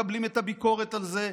ואנחנו לא מקבלים את הביקורת על זה,